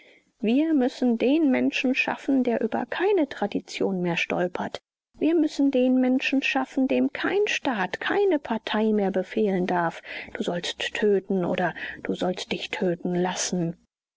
wir müssen den menschen schaffen der über keine tradition mehr stolpert wir müssen den menschen schaffen dem kein staat keine partei mehr befehlen darf du sollst töten oder du sollst dich töten lassen